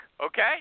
okay